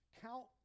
Count